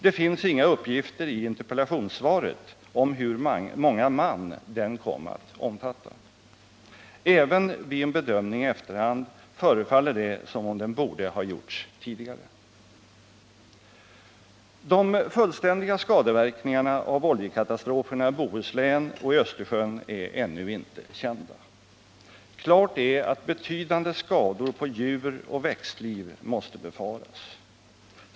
Det finns inga uppgifter i interpellationssvaret om hur många man den kom att omfatta. Även vid en bedömning i efterhand förefaller det som om den borde ha gjorts tidigare. De fullständiga skadeverkningarna av oljekatastroferna i Bohuslän och i Östersjön är ännu inte kända. Klart är att betydande skador på djuroch växtliv måste befaras.